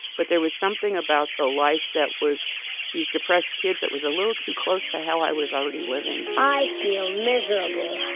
but there was something about the life that was these depressed kids. it was a little too close to how i was already living i feel miserable.